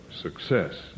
success